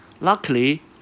Luckily